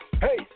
Hey